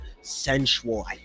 sensual